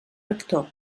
rector